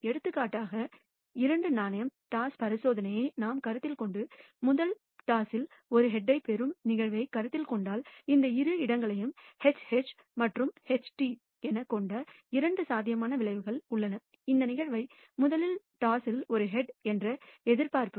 எடுத்துக்காட்டாக இரண்டு நாணயம் டாஸ் பரிசோதனையை நாம் கருத்தில் கொண்டு முதல் டாஸில் ஒரு ஹெட்யைத்யைப் பெறும் நிகழ்வைக் கருத்தில் கொண்டால் இந்த இரு இடங்களையும் HH மற்றும் HT எனக் கொண்ட இரண்டு சாத்தியமான விளைவுகள் உள்ளன இந்த நிகழ்வை முதல் டாஸில் வந்த ஒரு ஹெட் என்ற எதிர்பார்ப்பு